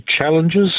challenges